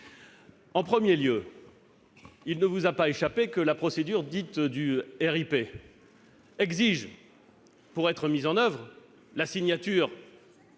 En premier lieu, il ne vous a pas échappé que la procédure dite « du RIP » exige, pour être mise en oeuvre- je parle